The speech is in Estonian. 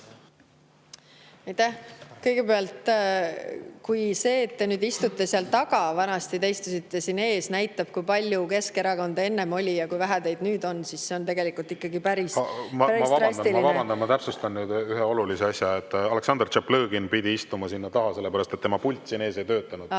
Kõigepealt, kui see, et nüüd te istute seal taga – vanasti te istusite siin ees –, näitab, kui palju Keskerakonda enne oli ja kui vähe teid nüüd on, siis see on tegelikult päris drastiline … Ma vabandan! Ma vabandan! Ma täpsustan üht olulist asja. Aleksandr Tšaplõgin pidi istuma sinna taha sellepärast, et tema pult siin ees ei töötanud,